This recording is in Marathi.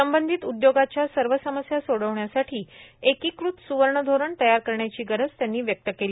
संबंधित उद्योगाच्या सर्व समस्या सोडवण्यासाठी एकीकृत सुवर्ण धोरण तयार करण्याची गरज त्यांनी व्यक्त केली